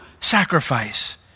sacrifice